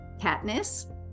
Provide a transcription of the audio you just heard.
Katniss